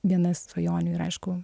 viena svajonių ir aišku